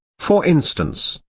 for instance,